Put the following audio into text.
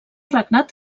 regnat